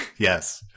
Yes